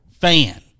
fan